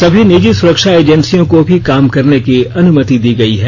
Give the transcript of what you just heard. सभी निजी सुरक्षा एजेंसियों को भी काम करने की अनुमति दी गई है